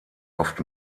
oft